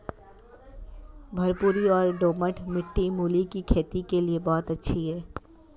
भुरभुरी और दोमट मिट्टी मूली की खेती के लिए बहुत अच्छी है